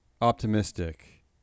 optimistic